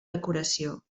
decoració